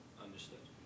Understood